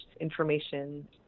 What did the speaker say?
information